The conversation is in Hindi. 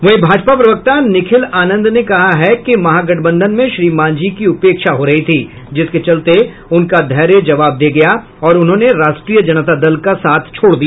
वहीं भाजपा प्रवक्ता निखिल आनंद ने कहा कि महागठबंधन में श्री मांझी की उपेक्षा हो रही थी जिसके चलते उनका धैर्य जवाब दे गया और उन्होंने राष्ट्रीय जनता दल का साथ छोड़ दिया